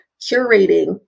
curating